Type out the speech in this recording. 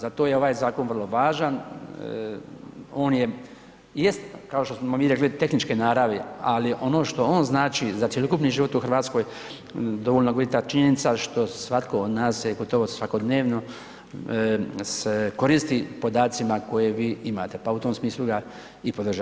Zato je ovaj zakon vrlo važan, on je, jest kao što smo mi rekli tehničke naravi, ali ono što on znači za cjelokupni život u Hrvatskoj dovoljno govori ta činjenica što svatko od nas se gotovo svakodnevno se koristi podacima koje vi imate pa u tom smislu ga i podržavam.